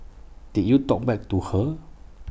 did you talk back to her